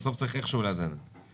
בסוף צריך איכשהו לאזן את זה.